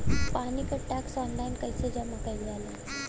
पानी क tax online कईसे जमा कईल जाला?